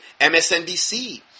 MSNBC